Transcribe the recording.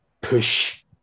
push